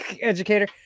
educator